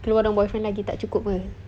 keluar dengan boyfriend lagi tak cukup ke